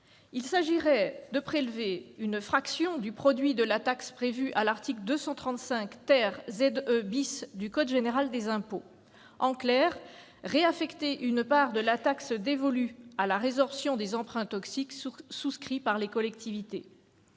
Il s'agirait de prélever une fraction du produit de la taxe prévue à l'article 235 ZE du code général des impôts- en clair, de réaffecter une part de la taxe dévolue à la résorption des emprunts toxiques souscrits par les collectivités.